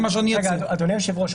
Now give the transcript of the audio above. אדוני היושב-ראש,